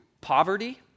poverty